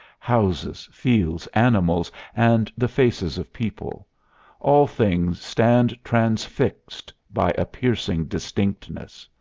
houses, fields, animals and the faces of people all things stand transfixed by a piercing distinctness.